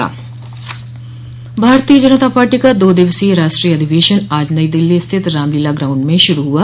भारतीय जनता पार्टी का दो दिवसीय राष्ट्रीय अधिवेशन आज नइ दिल्ली स्थित रामलीला ग्राउंड में शुरू हुआ